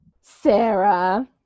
Sarah